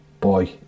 boy